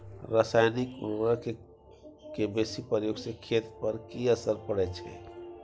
रसायनिक उर्वरक के बेसी प्रयोग से खेत पर की असर परै छै?